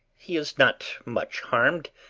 he is not much harm,